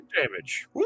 damage